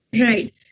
right